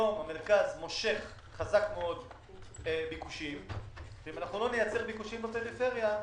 היום המרכז מושך חזק מאוד ביקושים ואם אנחנו לא נייצר ביקושים בפריפריה,